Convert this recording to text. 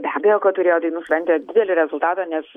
be abejo kad turėjo dainų šventė didelį rezultatą nes